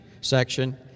section